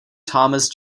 thomas